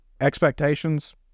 expectations